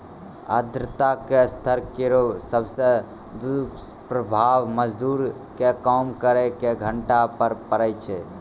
आर्द्रता के स्तर केरो सबसॅ दुस्प्रभाव मजदूर के काम करे के घंटा पर पड़ै छै